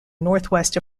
northwest